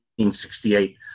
1968